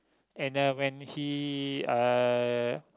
and uh when he uh